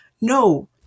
No